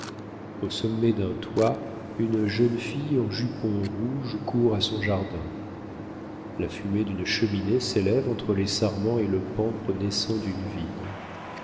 au sommet d'un toit une jeune fille en jupon rouge court à son jardin la fumée d'une cheminée s'élève entre les sarments et le pampre naissant d'une vigne